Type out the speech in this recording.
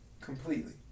completely